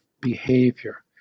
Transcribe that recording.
behavior